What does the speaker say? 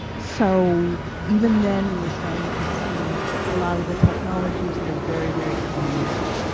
so even then we were starting to see a lot of the technologies that are very, very common now.